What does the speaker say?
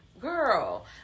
girl